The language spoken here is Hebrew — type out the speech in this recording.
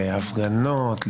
להפגנות,